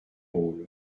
rôles